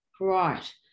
Right